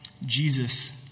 Jesus